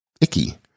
icky